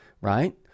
right